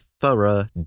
thorough